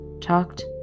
talked